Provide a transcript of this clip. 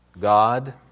God